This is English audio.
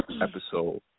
episode